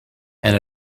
and